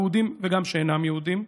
יהודים וגם שאינם יהודים,